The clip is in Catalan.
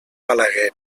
balaguer